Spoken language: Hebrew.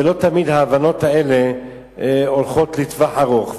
ולא תמיד ההבנות האלה הולכות לטווח ארוך.